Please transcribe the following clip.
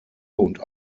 und